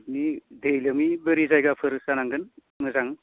बि दै लोमि बोरि जायगाफोर जानांगोन मोजां